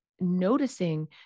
noticing